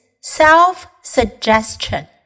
self-suggestion